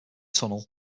tunnel